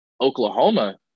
Oklahoma